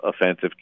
offensive